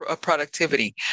productivity